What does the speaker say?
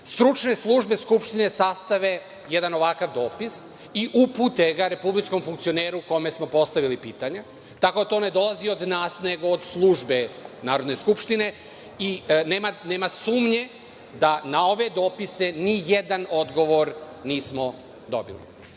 stručne službe Skupštine sastave jedan ovakav dopis i upute ga republičkom funkcioneru kome smo postavili pitanje, tako da to ne dolazi od nas nego od Službe Narodne skupštine i nema sumnje da na ove dopise nijedan odgovor nismo dobili. Ima